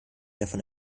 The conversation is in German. davon